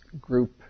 group